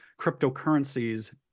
cryptocurrencies